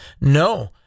No